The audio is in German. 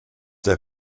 der